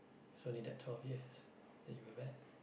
so only that twelve years that you were bare